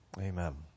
Amen